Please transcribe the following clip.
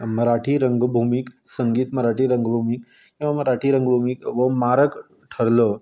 मराठी रंगभुमीक संगीत रंगभुमीक किंवां मराठी रंगभुमीक हो मारक ठरलो